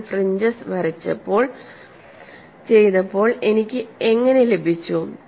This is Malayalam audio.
ഞാൻ ഫ്രിഞ്ചെസ് വരച്ചപ്പോൾ ചെയ്തപ്പോൾ എനിക്ക് എങ്ങനെ ലഭിച്ചു